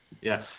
Yes